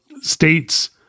states